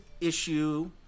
issue